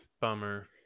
Bummer